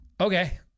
Okay